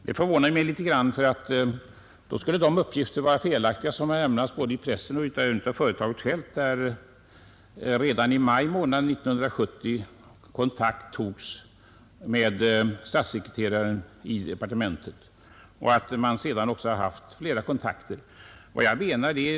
Det förvånar mig litet grand, ty då skulle de uppgifter vara felaktiga som lämnats både i pressen och av företaget självt, enligt vilka den första kontakten med statssekreteraren i departementet togs redan i maj månad 1970.